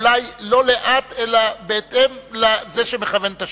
אולי לא לאט אלא בהתאם לזה שמכוון את השעון.